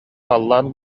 халлаан